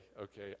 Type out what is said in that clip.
okay